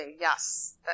yes